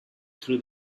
through